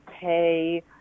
pay